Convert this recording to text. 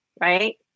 Right